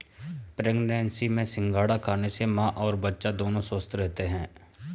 pregnancy में सिंघाड़ा खाने से मां और बच्चा दोनों स्वस्थ रहते है